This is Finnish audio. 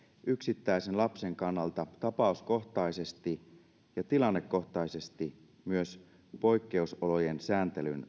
yksittäisen lapsen kannalta tapauskohtaisesti ja tilannekohtaisesti myös poikkeusolojen sääntelyn